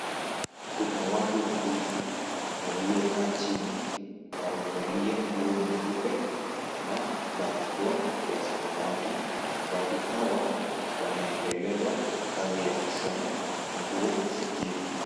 Kuna watu wawili, waliokaa chini, wamevalia nguo nyeupe na barakoa za samawati. Watu hawa wanaendeleza kazi ya kushona nguo zingine.